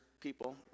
people